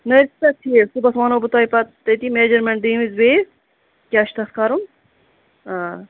نٔرۍ چھِ تَتھ ٹھیٖک صُبحَس وَنو بہٕ توہہِ پَتہٕ تٔتی میجرمینٹ دِنہِ بیٚیہِ کیٛاہ چھُ تَتھ کرُن